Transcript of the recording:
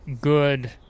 good